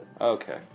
Okay